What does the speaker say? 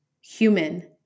human